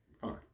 Fine